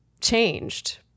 changed